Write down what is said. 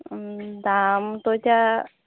দামটো এতিয়া